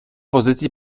pozycji